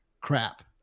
crap